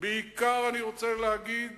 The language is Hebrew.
בעיקר אני רוצה להגיד